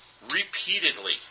Repeatedly